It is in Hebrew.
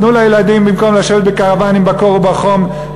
תנו לילדים במקום לשבת בקרוונים בקור ובחום,